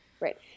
Right